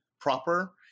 proper